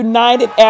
United